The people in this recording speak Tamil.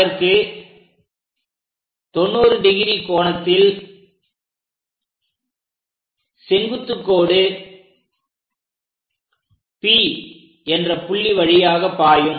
இதற்கு 90° கோணத்தில் செங்குத்துகோடு P என்ற புள்ளி வழியாக பாயும்